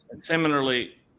Similarly